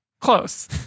close